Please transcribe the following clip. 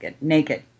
naked